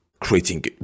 creating